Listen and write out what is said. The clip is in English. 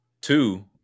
Two